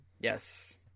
Yes